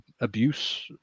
abuse